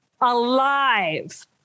alive